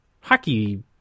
hockey